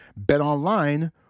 BetOnline